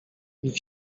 ich